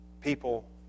people